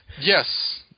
Yes